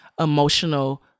emotional